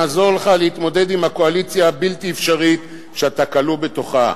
נעזור לך להתמודד עם הקואליציה הבלתי-אפשרית שאתה כלוא בתוכה.